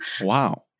Wow